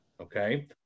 okay